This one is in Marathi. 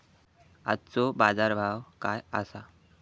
आजचो बाजार भाव काय आसा?